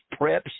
preps